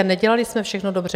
A nedělali jsme všechno dobře.